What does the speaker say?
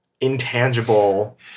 intangible